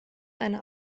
eine